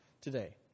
today